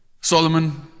Solomon